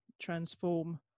transform